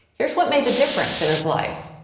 here is what made the difference in his life.